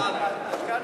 בזכות,